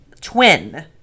twin